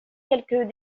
quelques